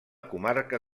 comarca